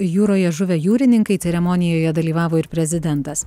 jūroje žuvę jūrininkai ceremonijoje dalyvavo ir prezidentas